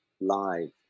live